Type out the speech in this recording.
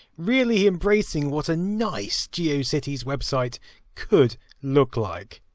really embracing what a nice geocities website could look like.